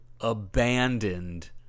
abandoned